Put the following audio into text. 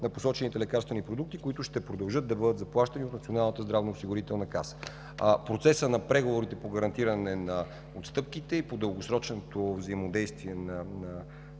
на посочените лекарствени продукти, които ще продължат да бъдат заплащани от НЗОК. Процесът на преговорите по гарантиране на отстъпките и по дългосрочното взаимодействие на